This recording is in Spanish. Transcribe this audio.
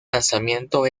lanzamiento